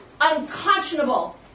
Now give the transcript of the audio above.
unconscionable